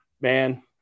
man